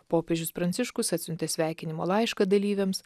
popiežius pranciškus atsiuntė sveikinimo laišką dalyviams